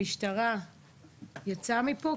המשטרה יצאה מפה,